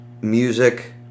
music